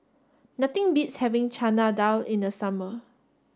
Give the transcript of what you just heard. nothing beats having Chana Dal in the summer